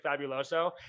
fabuloso